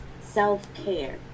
self-care